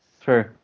True